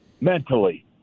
mentally